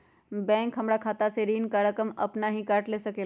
Bank हमार खाता से ऋण का रकम अपन हीं काट ले सकेला?